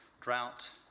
drought